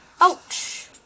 Ouch